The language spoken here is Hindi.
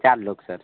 चार लोग सर